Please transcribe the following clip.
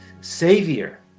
savior